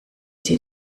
sie